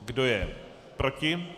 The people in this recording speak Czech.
Kdo je proti?